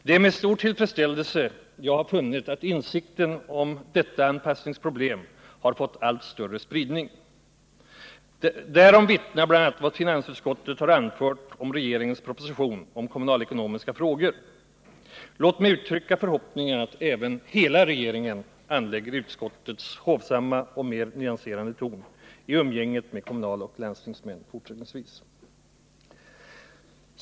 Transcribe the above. Det är med stor tillfredsställelse jag har funnit att insikten om detta anpassningsproblem har fått allt större spridning. Därom vittnar bl.a. vad finansutskottet har anfört om regeringens proposition om kommunalekonomiska frågor. Låt mig uttrycka förhoppningen att även hela regeringen anlägger utskottets hovsamma och mer nyanserade ton i umgänget med kommunaloch landstingsmän fortsättningsvis.